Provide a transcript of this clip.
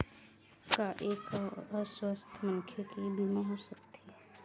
का एक अस्वस्थ मनखे के बीमा हो सकथे?